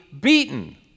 beaten